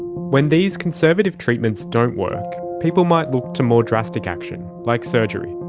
when these conservative treatments don't work, people might look to more drastic action, like surgery.